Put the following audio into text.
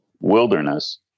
wilderness